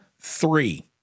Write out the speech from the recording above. Three